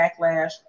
backlash